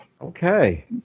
Okay